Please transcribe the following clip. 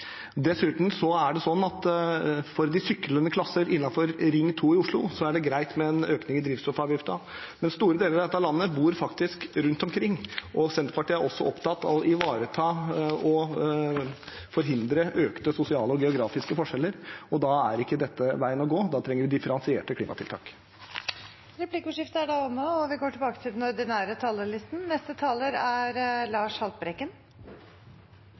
Dessuten er det slik at for de syklende klasser innenfor Ring 2 i Oslo er det greit med en økning i drivstoffavgiften, men i store deler av dette landet bor faktisk folk rundt omkring. Senterpartiet er også opptatt av å forhindre økte sosiale og geografiske forskjeller. Da er ikke dette veien å gå. Da trenger vi differensierte klimatiltak. Replikkordskiftet er omme. «Dere sier at dere elsker barna deres over noe annet, men likevel stjeler dere framtida deres rett foran øynene på dem.» Disse ordene tilhører Greta Thunberg, den